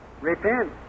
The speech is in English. repent